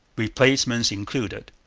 replacements included.